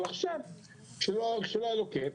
לכן החלטנו כן לקחת